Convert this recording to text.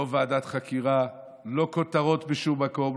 לא ועדת חקירה, לא כותרות בשום מקום.